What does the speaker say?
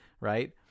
Right